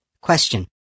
Question